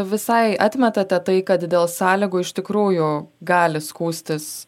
visai atmetate tai kad dėl sąlygų iš tikrųjų gali skųstis